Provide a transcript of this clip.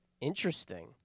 Interesting